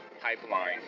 pipeline